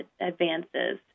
advances